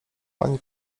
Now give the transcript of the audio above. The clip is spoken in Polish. pani